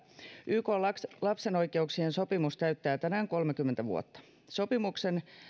ykn lapsen lapsen oikeuksien sopimus täyttää tänään kolmekymmentä vuotta sopimuksen